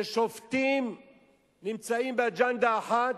ששופטים נמצאים באג'נדה אחת,